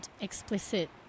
explicit